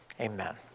Amen